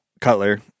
cutler